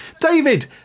David